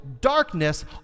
darkness